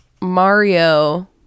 mario